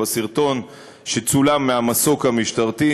בסרטון שצולם מהמסוק המשטרתי,